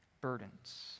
burdens